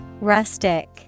Rustic